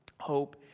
hope